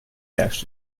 juist